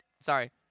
sorry